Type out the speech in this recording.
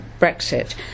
Brexit